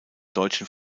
deutschen